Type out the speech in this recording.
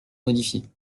modifié